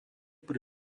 pri